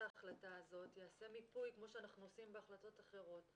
ההחלטה הזאת יעשה מיפוי כמו שאנחנו עושים בהחלטות אחרות,